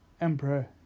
Emperor